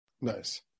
Nice